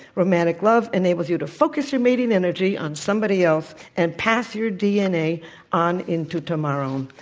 romantic love enables you to focus your mating energy on somebody else and pass your dna on into tomorrow. um